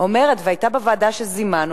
בוועדה שזימנו,